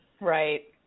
Right